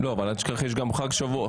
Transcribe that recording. אבל תשכח שיש לך גם את חג השבועות.